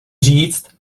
říct